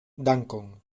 dankon